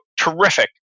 terrific